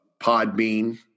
Podbean